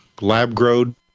lab-grown